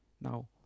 Now